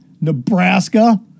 Nebraska